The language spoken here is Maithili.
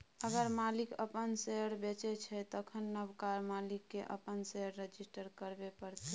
अगर मालिक अपन शेयर बेचै छै तखन नबका मालिक केँ अपन शेयर रजिस्टर करबे परतै